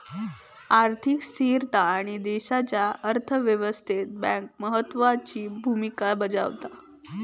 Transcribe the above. आर्थिक स्थिरता आणि देशाच्या अर्थ व्यवस्थेत बँका महत्त्वाची भूमिका बजावतत